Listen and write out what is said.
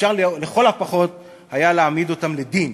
אפשר היה לכל הפחות להעמיד אותם לדין,